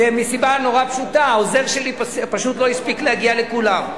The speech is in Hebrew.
וזה מסיבה נורא פשוטה: העוזר שלי פשוט לא הספיק להגיע לכולם.